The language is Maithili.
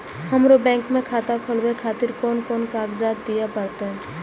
हमरो बैंक के खाता खोलाबे खातिर कोन कोन कागजात दीये परतें?